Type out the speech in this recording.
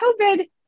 COVID